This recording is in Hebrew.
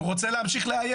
הוא רוצה להמשיך לאיים.